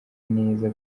neza